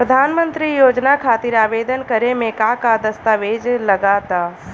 प्रधानमंत्री योजना खातिर आवेदन करे मे का का दस्तावेजऽ लगा ता?